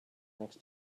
next